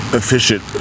efficient